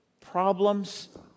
Problems